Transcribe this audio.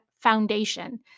foundation